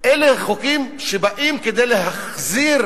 אלה חוקים שבאים להחזיר